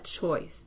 choice